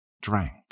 drank